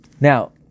Now